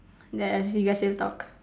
then do you guys still talk